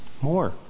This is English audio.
more